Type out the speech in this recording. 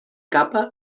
capa